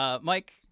Mike